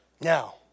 Now